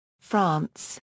France